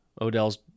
Odell's